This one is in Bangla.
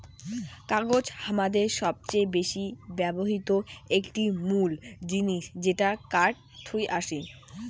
কাগজ হামাদের সবচেয়ে বেশি ব্যবহৃত একটি মুল জিনিস যেটা কাঠ থুই আসি